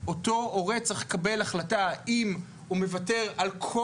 אותו הורה צריך לקבל החלטה אם הוא מוותר על כל